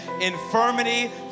infirmity